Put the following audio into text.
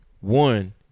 one